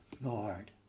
Lord